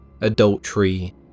adultery